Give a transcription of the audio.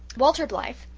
walter blythe,